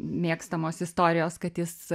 mėgstamos istorijos kad jis